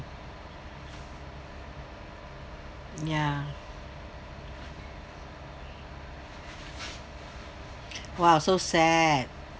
ya !wow! so sad